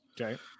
Okay